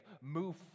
move